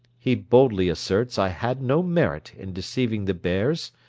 he boldly asserts i had no merit in deceiving the bears,